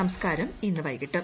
സംസ്കാരം ഇന്ന് വൈകിട്ട്